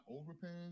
overpaying